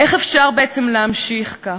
איך אפשר בעצם להמשיך כך?